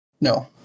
No